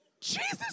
Jesus